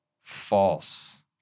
false